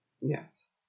Yes